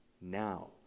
now